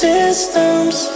Systems